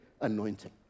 anointing